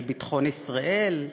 על ביטחון ישראל,